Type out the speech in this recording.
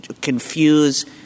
confuse